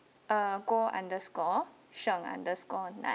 ah guo underscore sheng underscore nan